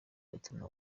gatuna